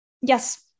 Yes